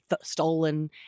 stolen